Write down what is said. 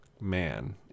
man